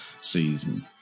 season